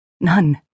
None